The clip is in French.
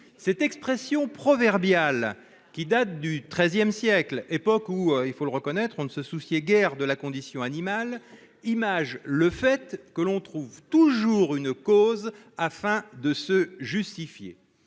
cette expression proverbial qui date du XIIIe siècle, époque où il faut le reconnaître, on ne se souciait guère de la condition animale images le fait que l'on trouve toujours une cause afin de se justifier